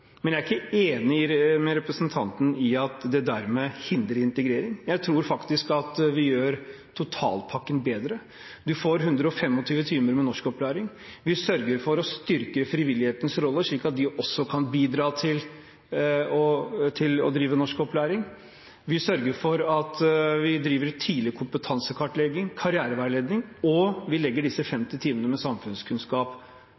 men jeg er ikke enig med representanten i at det dermed hindrer integrering. Jeg tror faktisk at vi gjør totalpakken bedre. Man får 125 timer med norskopplæring. Vi sørger for å styrke frivillighetens rolle, slik at også de kan bidra til å drive norskopplæring. Vi sørger for at vi driver med tidlig kompetansekartlegging, karriereveiledning, og vi legger disse